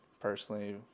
personally